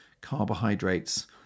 carbohydrates